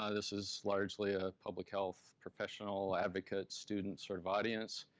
ah this is largely a public health professional, advocate, student sort of audience.